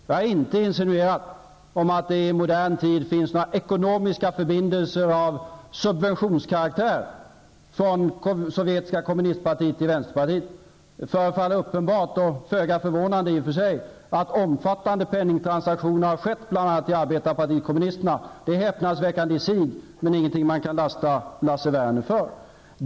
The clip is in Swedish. Jag har inte insinuerat att det i modern tid funnits några ekonomiska förbindelser av subventionskaraktär mellan sovjetiska kommunistpartiet och vänsterpartiet. Det förefaller uppenbart och i och för sig föga förvånande att omfattande penningtransaktioner har skett till bl.a. Arbetarpartiet kommunisterna. Det är häpnadsväckande i sig, men det är ingenting man kan lasta Lars Werner för.